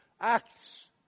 Acts